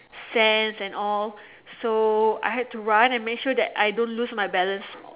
sands and all so I had to run and make sure that I don't lose my balance